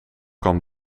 kwam